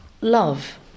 love